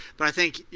but i think,